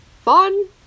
fun